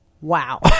Wow